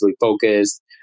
focused